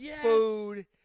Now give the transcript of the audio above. food